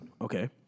Okay